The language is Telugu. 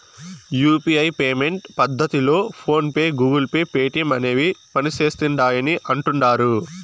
యూ.పీ.ఐ పేమెంట్ పద్దతిలో phone pay, Google pay, Paytm అనేవి పనిసేస్తిండాయని అంటుడారు